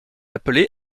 appelé